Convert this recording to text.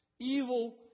Evil